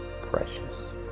precious